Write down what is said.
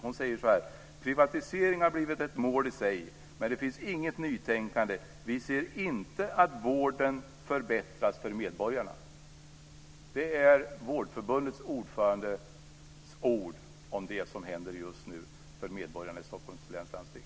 Hon säger: Privatisering har blivit ett mål i sig. Men det finns inget nytänkande. Vi ser inte att vården förbättras för medborgarna. Det är Vårdförbundets ordförandes ord om det som händer just nu för medborgarna i Stockholms läns landsting.